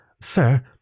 Sir